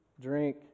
drink